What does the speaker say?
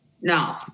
No